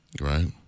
right